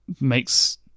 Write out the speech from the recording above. makes